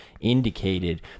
indicated